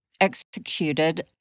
executed